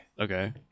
Okay